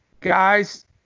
guys